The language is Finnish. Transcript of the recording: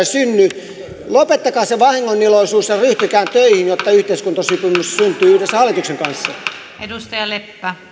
synny lopettakaa se vahingoniloisuus ja ryhtykää töihin jotta yhteiskuntasopimus syntyy yhdessä hallituksen kanssa